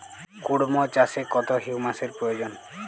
কুড়মো চাষে কত হিউমাসের প্রয়োজন?